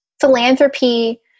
philanthropy